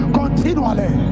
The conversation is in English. continually